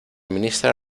ministra